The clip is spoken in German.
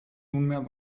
nunmehr